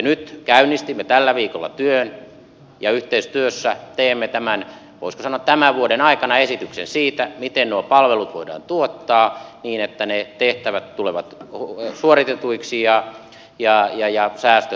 nyt käynnistimme tällä viikolla työn ja yhteistyössä teemme voisiko sanoa tämän vuoden aikana esityksen siitä miten nuo palvelut voidaan tuottaa niin että ne tehtävät tulevat suoritetuiksi ja säästöt toteutetaan